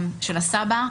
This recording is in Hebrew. הסבא.